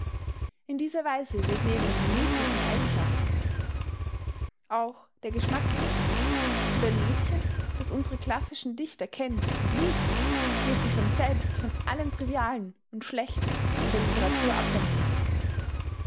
in dieser weise wird neben den gemüthlichen eigenschaften auch der geschmack gebildet und ein mädchen das unsere klassischen dichter kennt und liebt wird sich von selbst von allem trivialen und schlechten in der literatur abwenden